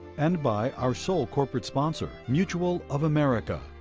and by our sole corporate sponsor, mutual of america,